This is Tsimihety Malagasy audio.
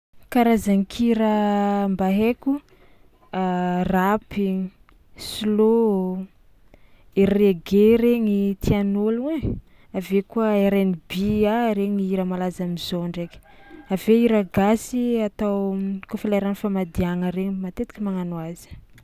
Karazan-kira mba haiko: rapy, slow, ery reggae regny tian'olo ai, avy eo koa RnB a regny hira malaza am'zao ndraiky, avy eo hira gasy atao kaofa leran'ny famadihagna regny matetiky magnano azy.